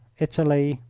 italy,